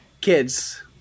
Kids